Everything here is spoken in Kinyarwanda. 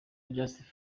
just